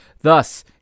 Thus